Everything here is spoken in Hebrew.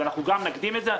אז אנחנו גם נקדים את זה.